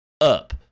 Up